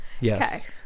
Yes